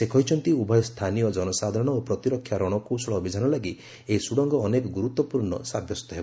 ସେ କହିଚ୍ଚନ୍ତି ଉଭୟ ସ୍ଥାନୀୟ ଜନସାଧାରଣ ଓ ପ୍ରତିରକ୍ଷା ରଶକୌଶଳ ଅଭିଯାନ ଲାଗି ଏହି ଟର୍ଣ୍ଣେଲ ଅନେକ ଗୁରୁତ୍ୱପୂର୍ଣ୍ଣ ସାବ୍ୟସ୍ତ ହେବ